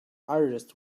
artist